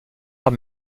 mais